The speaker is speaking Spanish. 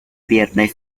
viernes